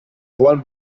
wollen